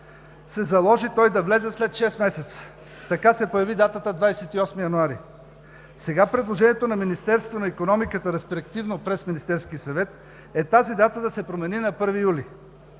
се заложи той да влезе след шест месеца. Така се появи датата 28 януари. Сега предложението на Министерството на икономиката, респективно през Министерския съвет, е тази дата да се промени на 1 юли.